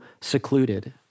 secluded